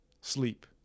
sleep